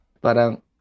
Parang